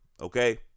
okay